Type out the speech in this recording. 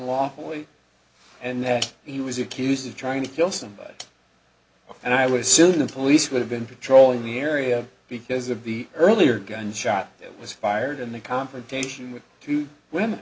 walk away and he was accused of trying to kill somebody and i would assume the police would have been patrolling the area because of the earlier gun shot was fired in the confrontation with two women